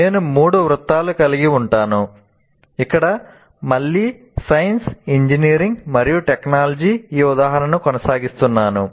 నేను మూడు వృత్తాలు కలిగి ఉంటాను ఇక్కడ మళ్ళీ సైన్స్ ఇంజనీరింగ్ మరియు టెక్నాలజీ ఈ ఉదాహరణను కొనసాగిస్తున్నాను